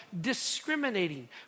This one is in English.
discriminating